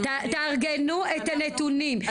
תארגנו את הנתונים,